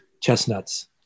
chestnuts